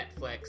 Netflix